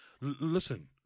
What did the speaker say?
listen